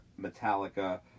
Metallica